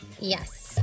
Yes